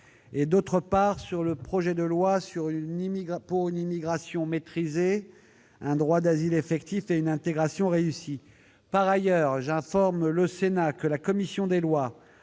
et, d'autre part, sur le projet de loi pour une immigration maîtrisée, un droit d'asile effectif et une intégration réussie. Par ailleurs, j'informe le Sénat que la commission des lois